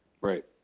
Right